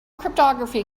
cryptography